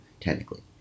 technically